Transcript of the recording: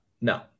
no